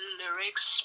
lyrics